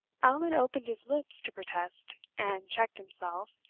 allan opened his lips to protest, and checked himself,